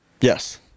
Yes